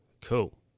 cool